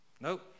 Nope